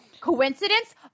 coincidence